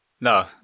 No